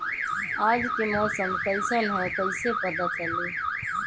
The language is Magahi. आज के मौसम कईसन हैं कईसे पता चली?